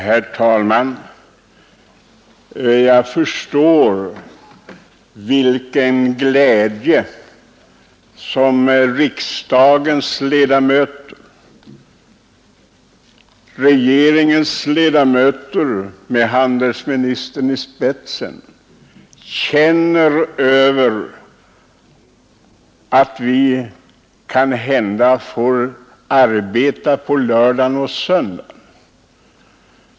Herr talman! Jag förstår vilken glädje vissa riksdagsledamöter och regeringens ledamöter med handelsministern i spetsen känner över att folk kanske kommer att få arbeta på lördagar och söndagar.